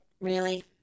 really